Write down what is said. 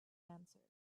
answered